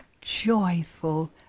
joyful